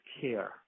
care